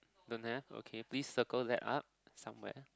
the nap okay please circle that up somewhere